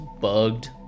bugged